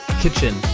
Kitchen